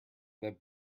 that